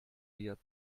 wird